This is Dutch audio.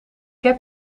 heb